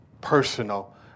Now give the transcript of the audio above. personal